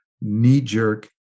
knee-jerk